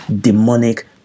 demonic